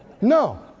No